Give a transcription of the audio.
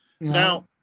Now